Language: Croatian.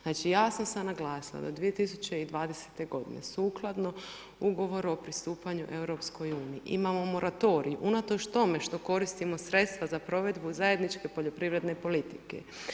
Znači ja sam sad naglasila da do 2020. g. sukladno ugovoru o pristupanju EU, imamo moratorij, unatoč tome, što koristimo sredstva za provedbu zajedničke poljoprivredne politike.